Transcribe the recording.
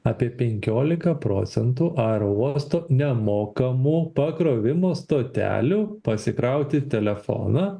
apie penkiolika procentų aerouostų nemokamų pakrovimo stotelių pasikrauti telefoną